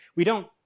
we don't.